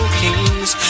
kings